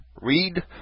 Read